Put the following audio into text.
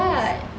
ya